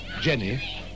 Jenny